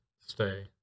stay